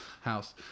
house